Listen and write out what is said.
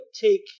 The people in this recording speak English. take